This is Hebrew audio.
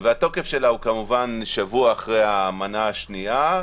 והתוקף שלה הוא כמובן שבוע אחרי המנה השנייה.